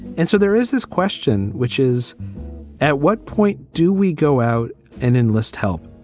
and so there is this question, which is at what point do we go out and enlist help?